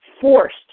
forced